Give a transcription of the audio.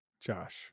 Josh